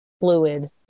fluid